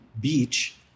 beach